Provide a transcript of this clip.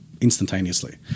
instantaneously